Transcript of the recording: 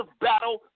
battle